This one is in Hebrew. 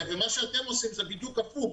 ומה שאתם עושים זה בדיוק הפוך,